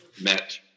met